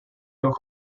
los